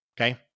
okay